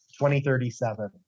2037